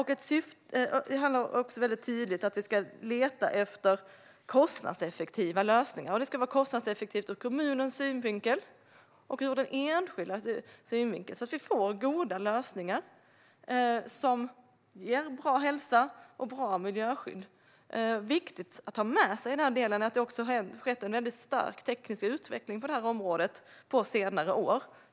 Det är tydligt att vi ska leta efter kostnadseffektiva lösningar. Dessa ska vara kostnadseffektiva ur kommunens och den enskildes synvinkel så att vi får goda lösningar som ger bra hälsa och bra miljöskydd. Något som är viktigt att ha med sig är att det har skett en stark teknisk utveckling på detta område på senare år.